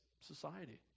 society